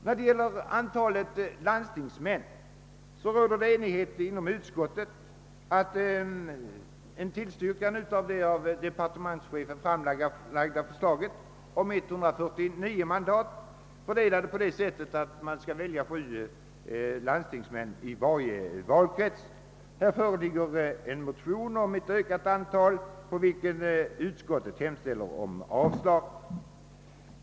När det gäller antalet landstingsmän råder det enighet inom utskottet om ett tillstyrkande av det av departementschefen framlagda förslaget om 149 mandat, fördelade på så sätt att minst. sju landstingsmän väljes inom varje valkrets. Det föreligger en motion om ett ökat antal mandat, vilken avstyrkts av utskottet.